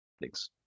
Thanks